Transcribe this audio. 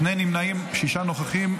שני נמנעים, שישה נוכחים.